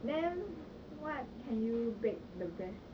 then what can you bake the best